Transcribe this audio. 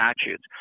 statutes